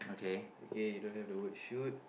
okay you don't have the word shoot